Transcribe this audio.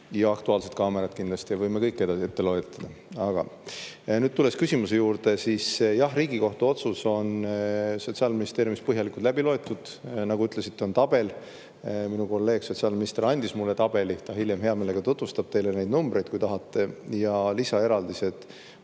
ja "Aktuaalset kaamerat" kindlasti soovitan, võime kõik edasi loetleda. Aga nüüd, tulles küsimuse juurde, siis jah, Riigikohtu otsus on Sotsiaalministeeriumis põhjalikult läbi loetud. Nagu te ütlesite, on tabel. Minu kolleeg, sotsiaalkaitseminister andis mulle tabeli ja ta hiljem hea meelega tutvustab teile neid numbreid, kui tahate. Lisaeraldised